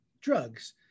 drugs